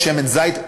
שמן זית,